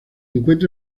encuentra